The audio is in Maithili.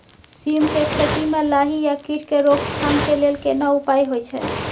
सीम के खेती म लाही आ कीट के रोक थाम के लेल केना उपाय होय छै?